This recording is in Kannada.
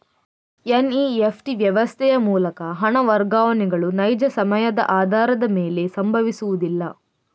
ಎನ್.ಇ.ಎಫ್.ಟಿ ವ್ಯವಸ್ಥೆಯ ಮೂಲಕ ಹಣ ವರ್ಗಾವಣೆಗಳು ನೈಜ ಸಮಯದ ಆಧಾರದ ಮೇಲೆ ಸಂಭವಿಸುವುದಿಲ್ಲ